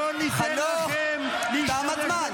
אנחנו לא ניתן לכם את הבריונות הזאת.